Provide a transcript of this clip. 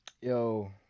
yo